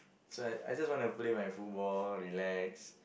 so I I just want to play my football relax